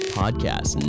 podcast